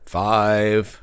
five